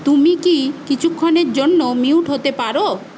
তুমি কি কিছুক্ষণের জন্য মিউট হতে পারো